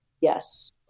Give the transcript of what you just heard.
Yes